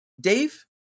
Dave